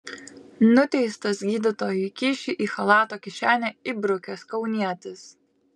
nuteistas gydytojui kyšį į chalato kišenę įbrukęs kaunietis